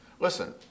Listen